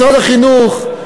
משרד החינוך,